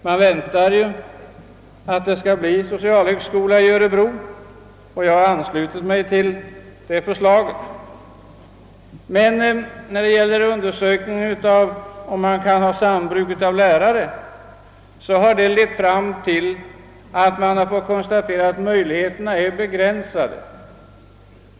Man väntar ju att det skall bli socialhögskola i Örebro, och jag har anslutit mig till det förslaget. Denna undersökning har emellertid lett fram till att man konstaterat att möjligheterna härtill är begränsade.